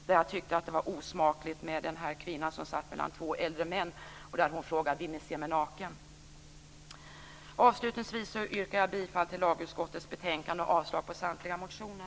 Jag tyckte att reklamen med kvinnan som satt mellan två äldre män och frågade om de ville se henne naken var osmaklig. Avslutningsvis yrkar jag bifall till hemställan i lagutskottets betänkande och avslag på samtliga motioner.